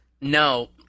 No